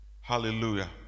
Hallelujah